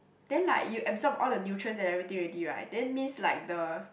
then like you absorb all the nutrients and everything already right then means like the